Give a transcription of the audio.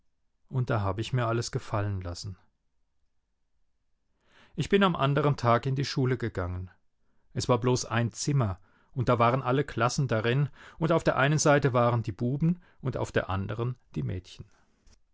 und da habe ich mir alles gefallen lassen ich bin am andern tag in die schule gegangen es war bloß ein zimmer und da waren alle klassen darin und auf der einen seite waren die buben und auf der anderen die mädchen